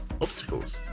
obstacles